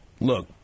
look